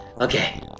Okay